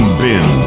bin